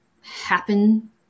happen